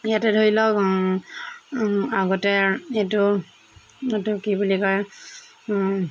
ইয়াতে ধৰি লওক আগতে এইটো এইটো কি বুলি কয়